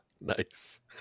Nice